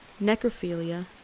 necrophilia